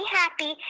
happy